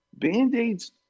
Band-Aids